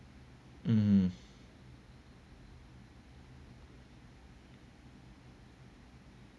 um